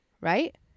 right